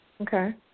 Okay